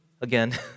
again